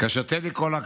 כאשר טדי קולק,